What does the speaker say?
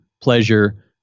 pleasure